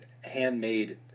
handmade